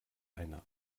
eine